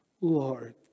Lord